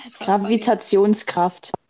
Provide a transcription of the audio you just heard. Gravitationskraft